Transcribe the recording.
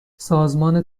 سازمان